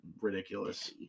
ridiculous